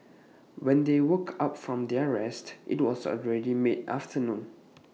when they woke up from their rest IT was already mid afternoon